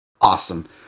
awesome